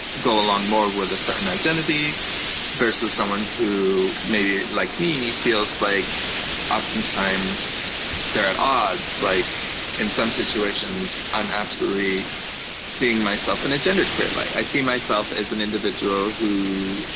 go along more with a certain identity versus someone who maybe, like me, feels like oftentimes they're at odds. like in some situations i'm absolutely seeing myself in a genderqueer light. i see myself as an individual who